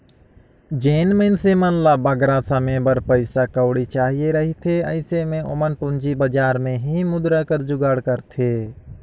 जेन मइनसे मन ल बगरा समे बर पइसा कउड़ी चाहिए रहथे अइसे में ओमन पूंजी बजार में ही मुद्रा कर जुगाड़ करथे